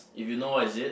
if you know what is it